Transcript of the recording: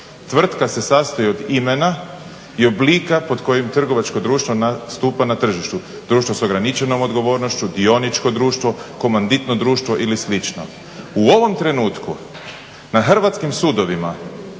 Tvrtka se sastoji od imena i oblika pod kojim trgovačko društvo nastupa na tržištu. Društvo sa ograničenom odgovornošću, dioničko društvo, komanditno društvo ili slično. U ovom trenutku na hrvatskim sudovima